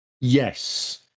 Yes